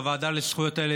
בוועדה לזכויות הילד,